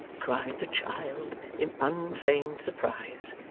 cried the child in unfeigned surprise.